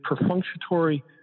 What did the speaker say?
perfunctory